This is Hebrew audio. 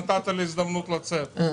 אני שמח שנתת לי הזדמנות לצאת.